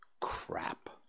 crap